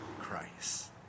christ